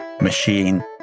machine